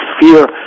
fear